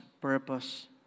purpose